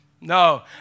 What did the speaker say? No